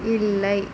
இல்லை